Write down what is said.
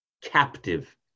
captive